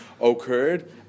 occurred